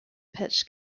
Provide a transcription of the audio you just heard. pitch